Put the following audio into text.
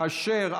יעקב אשר,